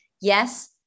yes